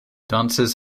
dances